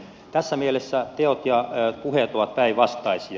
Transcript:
tässä mielessä teot ja puheet ovat päinvastaisia